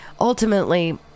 Ultimately